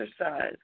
exercise